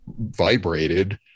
vibrated